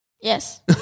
Yes